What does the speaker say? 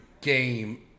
game